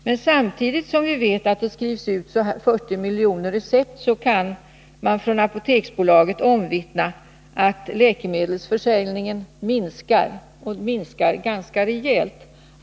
Men samtidigt som vi vet att det skrivs ut 40 miljoner recept kan man från Apoteksbolaget omvittna att läkemedelsförsäljningen minskar, och det ganska rejält.